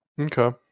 Okay